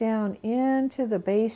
down in to the base